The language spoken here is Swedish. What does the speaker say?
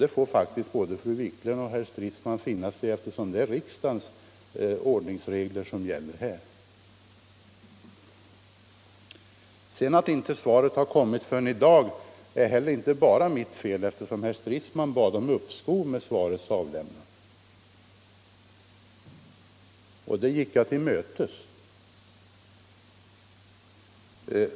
Det får faktiskt både fru Wiklund och herr Stridsman finna sig i, eftersom det är riksdagens ordningsregler som gäller här. 63 Om prishöjningarna på inrikesflygets linjer till övre Norrland Att svaret sedan inte har avgivits förrän i dag är heller inte bara mitt fel, eftersom herr Stridsman bad om uppskov med svarets avlämnande. Denna hans önskan gick jag till mötes.